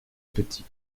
petit